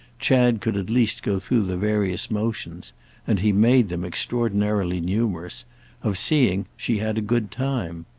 chad could at least go through the various motions and he made them extraordinarily numerous of seeing she had a good time.